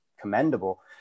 commendable